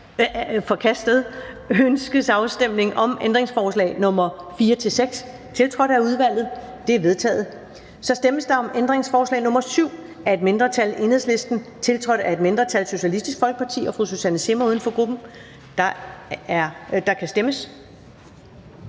Ønskes afstemning om ændringsforslag nr. 4-6, tiltrådt af udvalget? De er vedtaget. Der stemmes om ændringsforslag nr. 7 af et mindretal (EL), tiltrådt af et mindretal (SF og Susanne Zimmer (UFG)), og der kan stemmes.